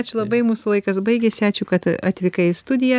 ačiū labai mūsų laikas baigėsi ačiū kad atvykai į studiją